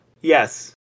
yes